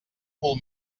cul